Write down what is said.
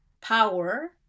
power